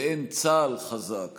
ואין צה"ל חזק